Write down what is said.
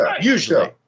Usually